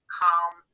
calm